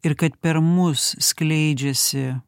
ir kad per mus skleidžiasi